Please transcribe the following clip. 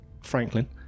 Franklin